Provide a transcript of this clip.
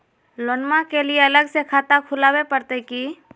लोनमा के लिए अलग से खाता खुवाबे प्रतय की?